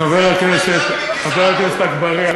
חבר הכנסת אגבאריה,